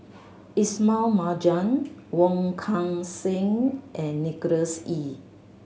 Ismail Marjan Wong Kan Seng and Nicholas Ee